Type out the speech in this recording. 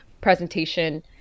presentation